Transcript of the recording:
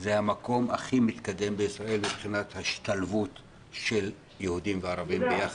זה המקום כי מתקדם בישראל מבחינת ההשתלבות של יהודים וערבים ביחד,